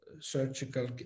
surgical